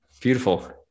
beautiful